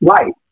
right